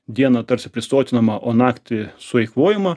dieną tarsi prisotinama o naktį sueikvojama